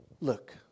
look